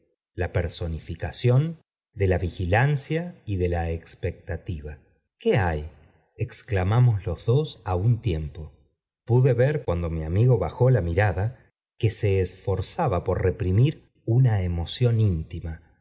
la personificacion de la vigilancia y de la expectativa qué hay exclamamos los dos á un tiempo ude ver cuando mi amigo bajó la mirada que se esforzaba por reprimir una emoción íntima